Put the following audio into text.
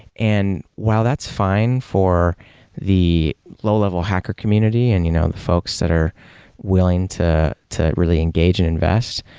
and while that's fine for the low-level hacker community and you know the folks that are willing to to really engage and invest.